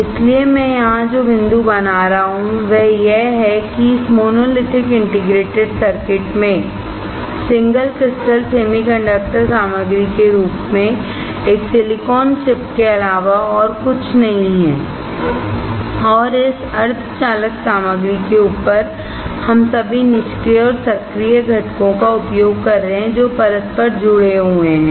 इसलिए मैं यहां जो बिंदु बना रहा हूं वह यह है कि इस मोनोलिथिक इंटीग्रेटेड सर्किट में सिंगल क्रिस्टल सेमीकंडक्टर सामग्री के रूप में एक सिलिकॉन चिप के अलावा और कुछ नहीं है और इस सेमीकंडक्टर सामग्री के ऊपर हम सभी निष्क्रिय और सक्रिय घटकों का उपयोग कर रहे हैं जो परस्पर जुड़े हुए हैं